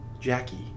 Jackie